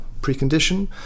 precondition